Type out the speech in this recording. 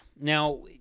Now